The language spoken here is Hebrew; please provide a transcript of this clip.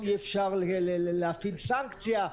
על הרישיון אי אפשר להטיל סנקציה,